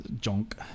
junk